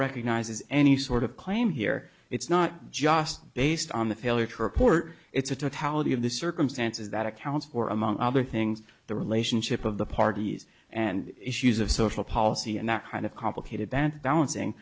recognizes any sort of claim here it's not just based on the failure to report it's a totality of the circumstances that accounts for among other things the relationship of the parties and issues of social policy and that kind of complicated that balancing